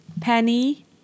Penny